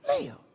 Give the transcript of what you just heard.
live